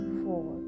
four